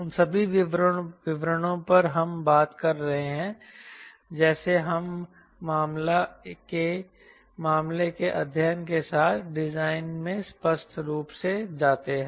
उन सभी विवरणों पर हम बात कर रहे हैं जैसे हम मामले के अध्ययन के साथ डिजाइन में स्पष्ट रूप से जाते हैं